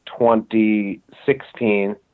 2016